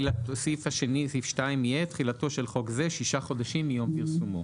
סעיף 2 יהיה: "תחולה 2. תחילתו של חוק זה שישה חודשים מיום פרסומו"